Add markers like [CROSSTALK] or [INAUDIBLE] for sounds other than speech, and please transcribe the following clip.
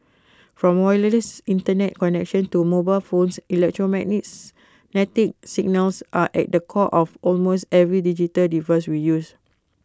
from wireless Internet connections to mobile phones [UNINTELLIGIBLE] signals are at the core of almost every digital device we use